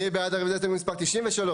מי בעד רביזיה להסתייגות מספר 92?